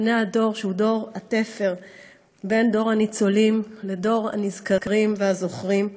כבני הדור שהוא דור התפר בין דור הניצולים לדור הנזכרים והזוכרים,